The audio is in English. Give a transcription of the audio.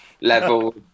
level